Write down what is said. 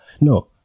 No